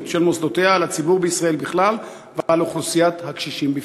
של מוסדותיה על הציבור בישראל בכלל ועל אוכלוסיית הקשישים בפרט?